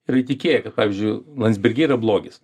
yra įtikėję kad pavyzdžiui landsbergiai yra blogis tai tu